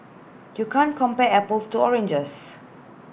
you can't compare apples to oranges